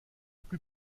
plus